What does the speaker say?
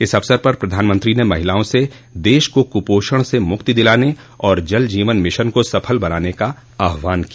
इस अवसर पर प्रधानमंत्री ने महिलाओं से देश को कुपोषण से मुक्ति दिलाने और जल जीवन मिशन को सफल बनाने का आहवान किया